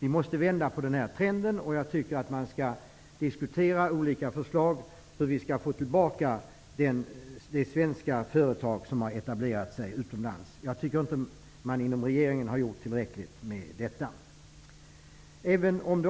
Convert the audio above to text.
Vi måste vända på den trenden. Jag tycker att man skall diskutera olika förslag om hur vi skall få tillbaka de svenska företag som har etablerat sig utomlands. Jag tycker inte att man har gjort tillräckligt i regeringen för det.